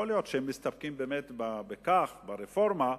יכול להיות שהם מסתפקים בכך, ברפורמה,